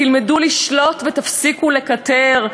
תלמדו לשלוט ותפסיקו לקטר,